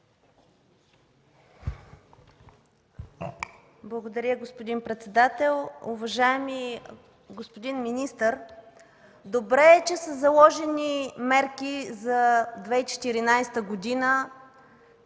Благодаря, господин председател. Уважаеми господин министър, добре е, че са заложени мерки за 2014 г.